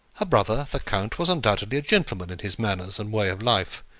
her brother, the count, was undoubtedly a gentleman in his manners and way of life,